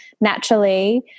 naturally